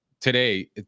Today